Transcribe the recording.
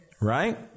Right